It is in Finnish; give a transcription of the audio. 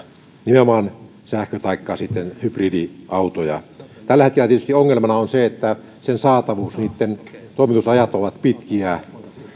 nimenomaan sähkö taikka sitten hybridiautojen hankkiminen tällä hetkellä tietysti ongelmana on saatavuus niitten toimitusajat ovat pitkiä